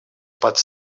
под